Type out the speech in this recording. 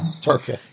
Turkey